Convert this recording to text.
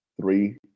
three